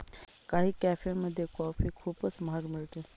काही कॅफेमध्ये कॉफी खूपच महाग मिळते